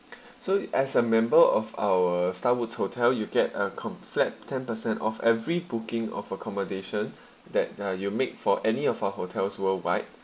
so as a member of our starwoods hotel you get a comp~ flat ten per cent of every booking of accommodation that uh you make for any of our hotels worldwide